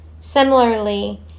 Similarly